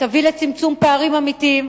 תביא לצמצום פערים אמיתי,